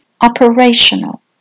operational